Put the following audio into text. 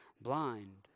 blind